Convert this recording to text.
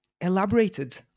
elaborated